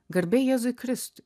garbė jėzui kristui